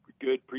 good